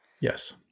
Yes